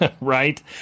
Right